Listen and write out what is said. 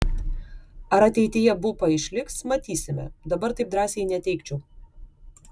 ar ateityje bupa išliks matysime dabar taip drąsiai neteigčiau